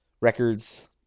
records